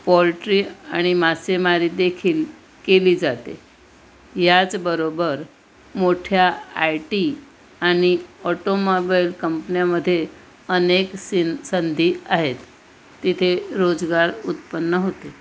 poultry आणि मासेमारीदेखील केली जाते याचबरोबर मोठ्या आय टी आणि ऑटोमोबईल कंपन्यामध्ये अनेक सिन संधी आहेत तिथे रोजगार उत्पन्न होते